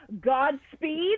Godspeed